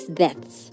deaths